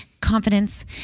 confidence